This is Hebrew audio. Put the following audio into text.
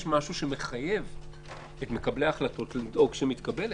יש משהו שמחייב את מקבלי ההחלטות לדאוג שהיא מתקבלת.